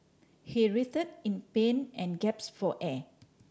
he writhed in pain and for air